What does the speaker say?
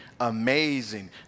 Amazing